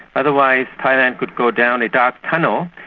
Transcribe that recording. otherwise thailand could go down a dark tunnel,